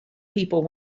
people